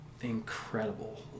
incredible